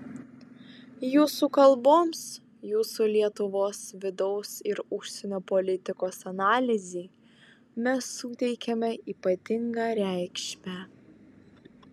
jūsų kalboms jūsų lietuvos vidaus ir užsienio politikos analizei mes suteikiame ypatingą reikšmę